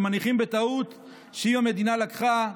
ומניחים בטעות שאם המדינה לקחה,